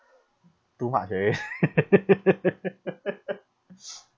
too much already